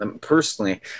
personally